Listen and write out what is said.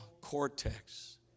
cortex